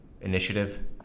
initiative